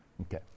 Okay